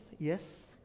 Yes